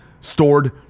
stored